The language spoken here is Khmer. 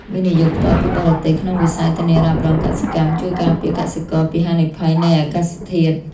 វិនិយោគផ្ទាល់ពីបរទេស ក្នុងវិស័យធានារ៉ាប់រងកសិកម្ម ជួយការពារកសិករពីហានិភ័យនៃអាកាសធាតុ។